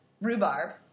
rhubarb